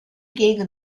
gegen